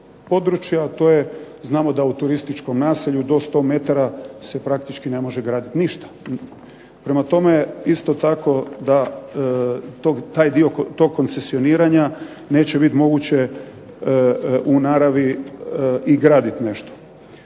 to je, znamo da u turističkom naselju do 100 metara se praktički ne može graditi ništa. Prema tome, isto tako da taj dio tog koncesioniranja neće biti moguće u naravi i gradit nešto.